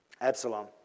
Absalom